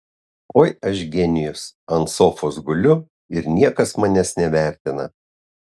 oi aš genijus ant sofos guliu ir niekas manęs nevertina